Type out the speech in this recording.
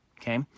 Okay